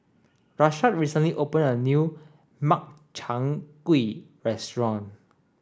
Rashad recently opened a new Makchang Gui restaurant